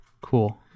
cool